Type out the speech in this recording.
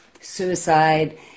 suicide